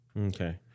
Okay